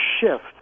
shift